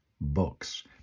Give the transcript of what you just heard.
books